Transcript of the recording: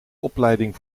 opleiding